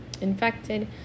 infected